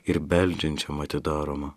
ir beldžiančiam atidaroma